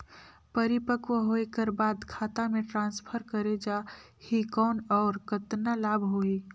परिपक्व होय कर बाद खाता मे ट्रांसफर करे जा ही कौन और कतना लाभ होही?